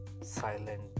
silent